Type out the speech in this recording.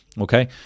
okay